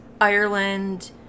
Ireland